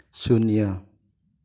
ꯁꯨꯟꯅ꯭ꯌꯥ